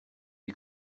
you